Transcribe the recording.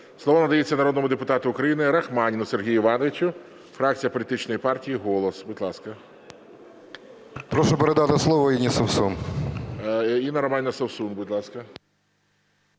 Слово надається народному депутату України Загородньому Юрію Івановичу, фракція політичної партії